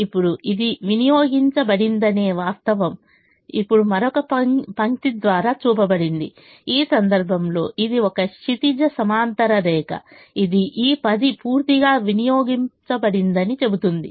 ఇప్పుడు ఇది వినియోగించబడిందనే వాస్తవం ఇప్పుడు మరొక పంక్తి ద్వారా చూపబడింది ఈ సందర్భంలో ఇది ఒక క్షితిజ సమాంతర రేఖ ఇది ఈ 10 పూర్తిగా వినియోగించబడిందని చెబుతుంది